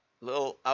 little